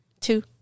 Two